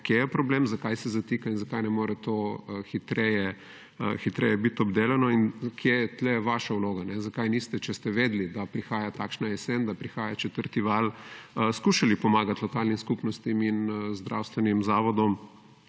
Kje je problem, zakaj se zatika in zakaj ne more to hitreje biti obdelano in kje je tu vaša vloga? Zakaj niste, če ste vedeli, da prihaja taka jesen, da prihaja četrti val, skušali pomagati lokalnim skupnostim in zdravstvenim zavodom